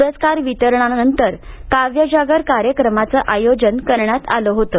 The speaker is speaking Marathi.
पुरस्कार वितरणानंतर काव्यजागर कार्यक्रमाचं आयोजन करण्यात आलं होतं